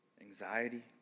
anxiety